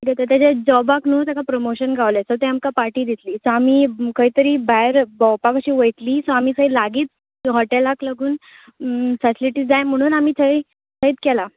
ते तेज्या जॉबाक न्हू प्रमोशन गावले सो ते आमका पार्टी दितली सो आमी खंयतरी भायर भोंवपाक अशी वयतली सो आमी थंय लागीच हॉटेलाक लागून फॅसिलिटी जाय म्हणून आमी थंय थंयत केला